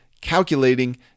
calculating